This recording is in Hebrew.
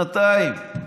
שנתיים,